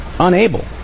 unable